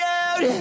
out